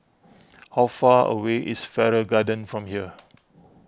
how far away is Farrer Garden from here